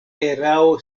erao